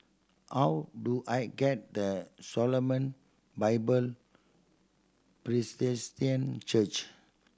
how do I get the Shalom Bible Presbyterian Church